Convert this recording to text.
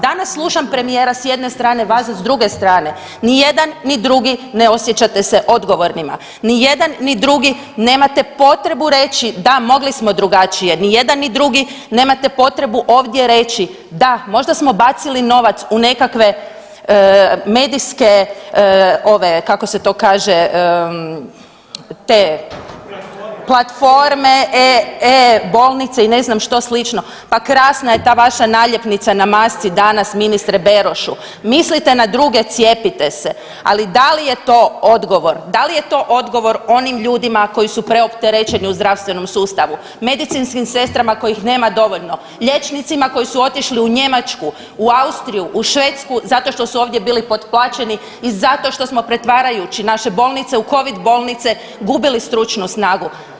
Danas slušam premijera s jedne strane, vas s druge strane, ni jedan ni drugi ne osjećate se odgovornima, ni jedan ni drugi nemate potrebu reći da mogli smo drugačije, ni jedan ni drugi nemate potrebu ovdje reći da možda smo bacili novac u nekakve medijske ove kako se to kaže te [[Upadica iz klupe: platforme]] platforme, e, e bolnice i ne znam što slično, pa krasna je ta vaša naljepnica na masci danas ministre Berošu „Mislite na druge cijepite se“, ali da li je to odgovor, da li je to odgovor onim ljudima koji su preopterećeni u zdravstvenom sustavu, medicinskim sestrama kojih nema dovoljno, liječnicima koji su otišli u Njemačku, u Austriju, u Švedsku zato što su ovdje bili potplaćeni i zato što smo pretvarajući naše bolnice u covid bolnice gubili stručnu snagu.